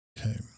okay